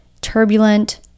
Turbulent